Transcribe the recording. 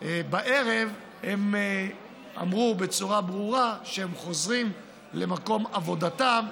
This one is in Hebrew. בערב הם אמרו בצורה ברורה שהם חוזרים למקום עבודתם,